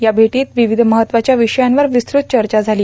या भेटीत विविध महत्वाच्या विषयावंर विस्तृत चर्चा झाली